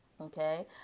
Okay